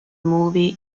movie